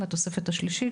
והתוספת השלישית,